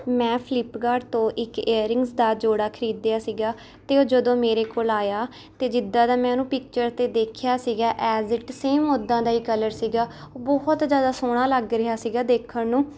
ਮੈਂ ਫਲਿਪਕਾਰਟ ਤੋਂ ਇੱਕ ਏਅਰਰਿੰਗਸ ਦਾ ਜੋੜਾ ਖਰੀਦਿਆ ਸੀਗਾ ਅਤੇ ਉਹ ਜਦੋਂ ਮੇਰੇ ਕੋਲ ਆਇਆ ਤਾਂ ਜਿੱਦਾਂ ਦਾ ਮੈਂ ਉਹਨੂੰ ਪਿਕਚਰ 'ਤੇ ਦੇਖਿਆ ਸੀਗਾ ਐਸ ਏ ਟੀਜ਼ ਸੇਮ ਉੱਦਾਂ ਦਾ ਹੀ ਕਲਰ ਸੀਗਾ ਉਹ ਬਹੁਤ ਜ਼ਿਆਦਾ ਸੋਹਣਾ ਲੱਗ ਰਿਹਾ ਸੀਗਾ ਦੇਖਣ ਨੂੰ